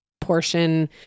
portion